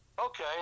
Okay